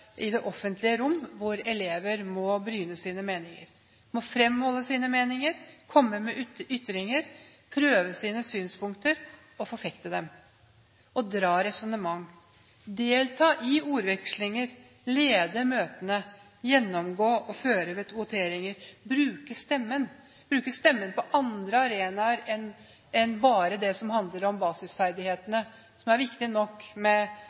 i det offentlige rom hvor elever må bryne sine meninger, må fremholde sine meninger, komme med ytringer, prøve sine synspunkter og forfekte dem, dra resonnement, delta i ordvekslinger, lede møter, gjennomgå og føre voteringer, bruke stemmen – bruke stemmen på andre arenaer enn bare der det handler om basisferdighetene, som er viktige nok,